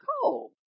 cold